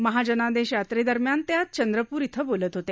महाजनादेश यात्रेदरम्यान ते आज चंद्रपूर इथं बोलत होते